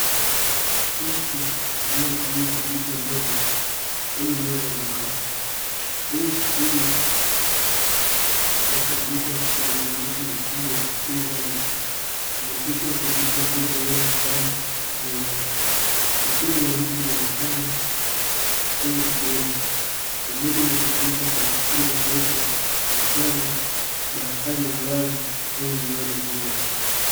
Mtu anayetumia kompyuta ndogo kwenye meza ya mbao ,kwenye skrini ya kompyuta kuna maandishi makubwa[ E LEARNING ] na picha ya kompyuta ndogo yenye kalamu juu yake ,mikono ya mtu inaonekana kibodi pembeni mwa kompyuta kuna kikombe cheupe ,vitabu, daftari la wazi enye miwani juu yake.